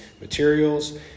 materials